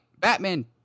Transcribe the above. Batman